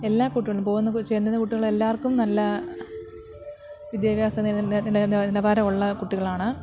എല്ലാ കുട്ടികളും പോകുന്നതിൽ വെച്ച് ചെല്ലുന്ന കുട്ടികളെല്ലാവർക്കും നല്ല വിദ്യാഭ്യാസം നിലവാരമുള്ള കുട്ടികളാണ്